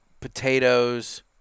potatoes